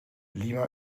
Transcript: lima